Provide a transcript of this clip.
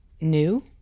new